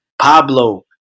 Pablo